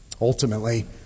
Ultimately